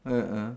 ah ah